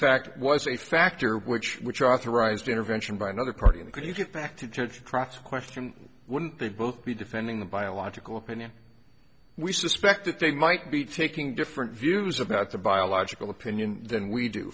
fact was a factor which which authorized intervention by another party and could you get back to the church craft question wouldn't they both be defending the biological opinion we suspect that they might be taking different views about the biological opinion than we do